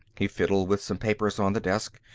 he fiddled with some papers on the desk.